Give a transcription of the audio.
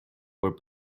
were